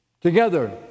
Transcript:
Together